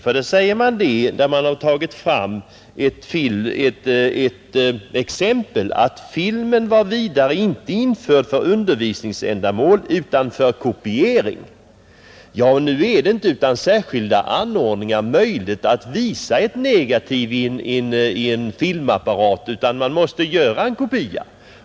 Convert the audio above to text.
Utskottet anför ett exempel och skriver ”Filmen var vidare inte införd för undervisningsändamål utan för kopiering.” Ja, nu är det inte utan särskilda anordningar möjligt att visa ett negativ i en filmapparat, utan man måste göra en kopia.